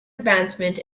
advancement